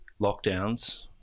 lockdowns